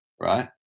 right